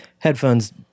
Headphones